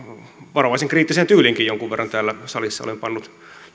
varovaisen kriittiseenkin tyyliin jonkun verran täällä salissa olen pannut